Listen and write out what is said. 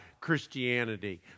Christianity